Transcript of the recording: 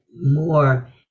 more